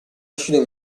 acido